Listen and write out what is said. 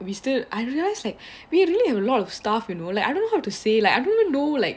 we still I realize like we really have a lot of stuff you know like I don't know how to say like I do not know like